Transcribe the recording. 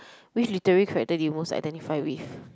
which literary character do you most identify with